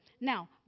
Now